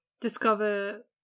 discover